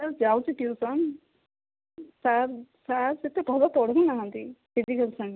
sir ଯାଉଛି tuition sir sir ସେତେ ଭଲ ପଢ଼ଉ ନାହାନ୍ତି ଫିଜିକାଲ୍ ସାଇନ୍ସ